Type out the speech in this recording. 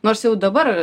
nors jau dabar